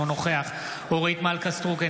אינו נוכח אורית מלכה סטרוק,